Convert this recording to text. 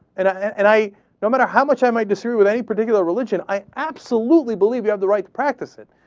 and i and and i no matter how much i might disagree with any particular religion, i absolutely believe we have the right to practice it.